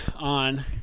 on